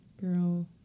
Girl